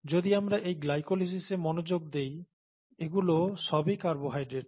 যদি আমরা এই গ্লাইকোলিসিসে মনোযোগ দেই এগুলো সবই কার্বোহাইড্রেট